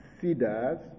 cedars